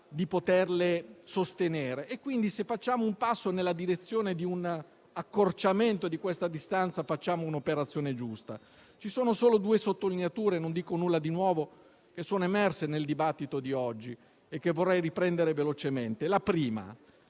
di sostenerle. Se quindi facciamo un passo nella direzione di un accorciamento di questa distanza, facciamo un'operazione giusta. Ci sono solo due sottolineature - non dico nulla di nuovo - che sono emerse nel dibattito di oggi e che vorrei riprendere velocemente.